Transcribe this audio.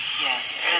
Yes